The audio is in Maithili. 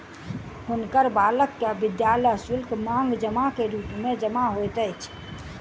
हुनकर बालक के विद्यालय शुल्क, मांग जमा के रूप मे जमा होइत अछि